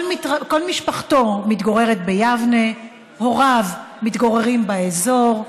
כל משפחתו מתגוררת ביבנה, הוריו מתגוררים באזור,